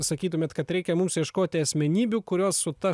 sakytumėt kad reikia mums ieškoti asmenybių kurios su ta